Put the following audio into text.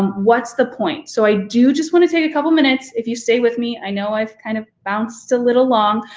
what's the point? so i do just want to take a couple minutes, if you stay with me, i know i've kind of bounced a little long,